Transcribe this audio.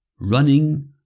running